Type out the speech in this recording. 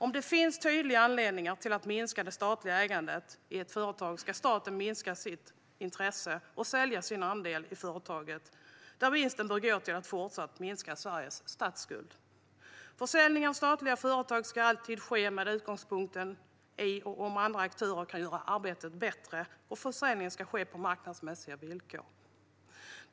Om det finns tydliga anledningar att minska det statliga ägandet i ett företag ska staten minska sitt intresse och sälja sin andel i företaget, och vinsten bör gå till att fortsätta att minska Sveriges statsskuld. Försäljning av statliga företag ska alltid ske med utgångspunkt i om andra aktörer kan göra arbetet bättre, och försäljning ska ske på marknadsmässiga villkor.